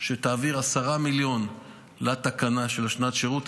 שתעביר 10 מיליון לתקנה של שנת שירות.